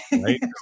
Right